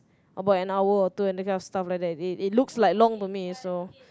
about an hour or two and the kind of stuff like that they they looks like long to me so